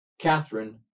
Catherine